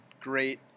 great